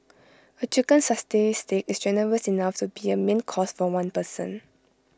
A chicken satay Stick is generous enough to be A main course for one person